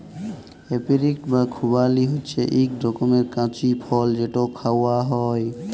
apricot বা খুবালি হছে ইক রকমের কঁচি ফল যেট খাউয়া হ্যয়